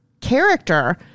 character